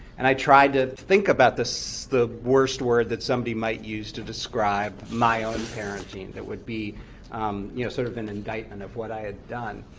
and i tried to think about the so the worst word that somebody might use to describe my own parenting, that would be you know sort of an indictment of what i had done.